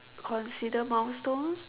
consider milestone